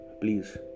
please